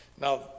now